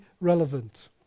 relevant